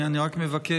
אני רק מבקש,